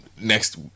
next